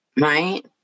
Right